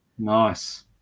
nice